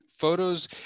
Photos